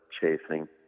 chasing